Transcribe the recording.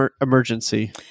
emergency